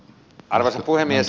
arvoisa puhemies